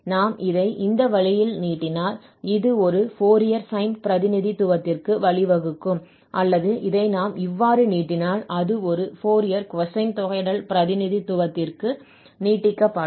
நாம் இதை இந்த வழியில் நீட்டினால் இது ஒரு ஃபோரியர் சைன் பிரதிநிதித்துவத்திற்கு வழிவகுக்கும் அல்லது இதை நாம் இவ்வாறு நீட்டினால் அது ஒரு ஃபோரியர் கொசைன் தொகையிடல் பிரதிநிதித்துவத்திற்கு நீட்டிக்கப்படும்